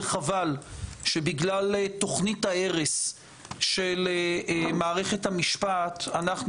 חבל שבגלל תכנית ההרס של מערכת המשפט אנחנו